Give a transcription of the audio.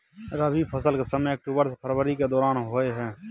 रबी फसल के समय अक्टूबर से फरवरी के दौरान होय हय